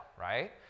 right